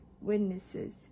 witnesses